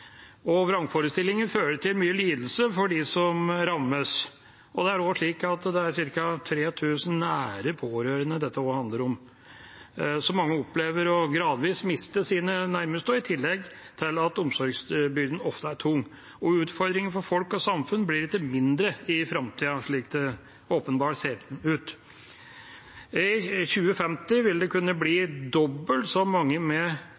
fører til mye lidelse for dem som rammes. Det er slik at det er ca. 300 000 nære pårørende dette også handler om. Mange opplever gradvis å miste sine nærmeste, i tillegg til at omsorgsbyrden ofte er tung. Og utfordringen for folk og samfunn blir ikke mindre i framtiden, slik det åpenbart ser ut. I 2050 vil det kunne bli dobbelt så mange med